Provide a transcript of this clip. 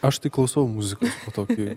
aš tai klausau muzikos tokį